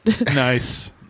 Nice